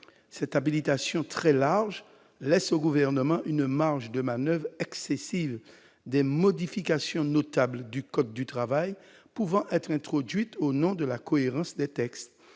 Cette habilitation très large laisse au Gouvernement une marge de manoeuvre excessive, des modifications notables du code du travail pouvant être introduites au nom de la mise en cohérence des textes.